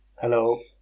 Hello